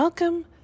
Welcome